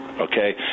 okay